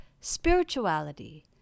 spirituality